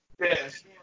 Yes